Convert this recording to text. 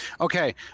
Okay